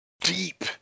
deep